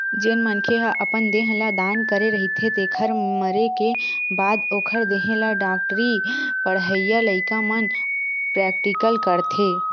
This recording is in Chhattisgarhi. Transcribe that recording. जेन मनखे ह अपन देह ल दान करे रहिथे तेखर मरे के बाद ओखर देहे ल डॉक्टरी पड़हइया लइका मन प्रेक्टिकल करथे